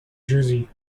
jersey